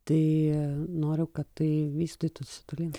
tai noriu kad tai vystytųsi tolyn